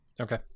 okay